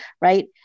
right